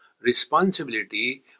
responsibility